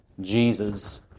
Jesus